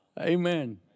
Amen